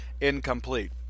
incomplete